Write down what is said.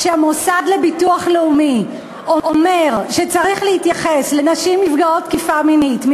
כשהמוסד לביטוח לאומי אומר שצריך להתייחס לנשים נפגעות תקיפה מינית,